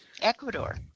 Ecuador